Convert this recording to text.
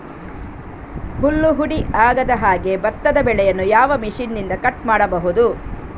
ಹುಲ್ಲು ಹುಡಿ ಆಗದಹಾಗೆ ಭತ್ತದ ಬೆಳೆಯನ್ನು ಯಾವ ಮಿಷನ್ನಿಂದ ಕಟ್ ಮಾಡಬಹುದು?